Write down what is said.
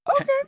okay